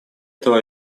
этого